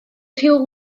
rhyw